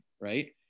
right